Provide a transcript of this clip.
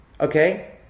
Okay